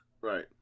Right